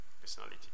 personality